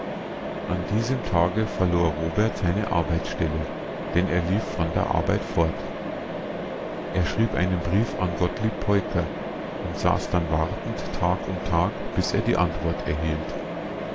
an diesem tage verlor robert seine arbeitsstelle denn er lief von der arbeit fort er schrieb einen brief an gottlieb peuker und saß dann wartend tag um tag bis er die antwort erhielt